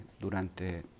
durante